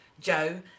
Joe